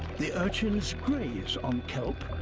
the urchins graze on kelp,